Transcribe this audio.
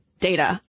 data